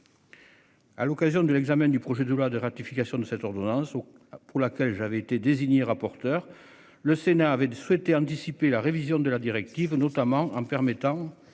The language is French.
À l'occasion de l'examen du projet de loi de ratification de cette ordonnance pour laquelle j'avais été désigné rapporteur. Le Sénat avait souhaité anticiper la révision de la directive, notamment en permettant